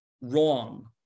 wrong